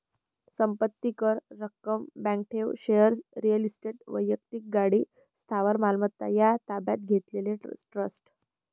संपत्ती कर, रक्कम, बँक ठेव, शेअर्स, रिअल इस्टेट, वैक्तिक गाडी, स्थावर मालमत्ता व ताब्यात घेतलेले ट्रस्ट